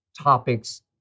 topics